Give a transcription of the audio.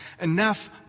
Enough